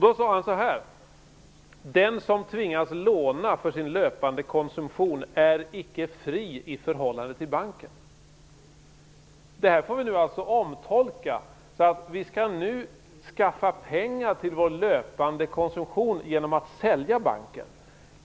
Då sade han: "Den som tvingas låna för sin löpande konsumtion - är icke fri i förhållande till banken." Detta får vi nu alltså omtolka. Vi skall nu skaffa pengar till vår löpande konsumtion genom att sälja banken.